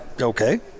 Okay